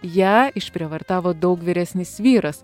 ją išprievartavo daug vyresnis vyras